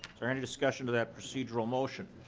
so any discussion to that procedural motion?